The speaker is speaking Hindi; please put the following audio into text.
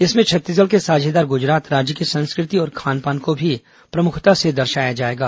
इसमें छत्तीसगढ़ के साझेदार गुजरात राज्य की संस्कृति और खान पान को भी प्रमुखता से दर्शाया जाएगा